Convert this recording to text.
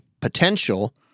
potential